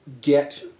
get